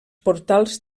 portals